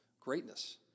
greatness